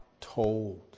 told